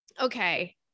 okay